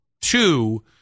Two